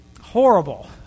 horrible